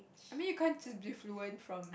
I mean you can't just be fluent from